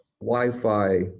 Wi-Fi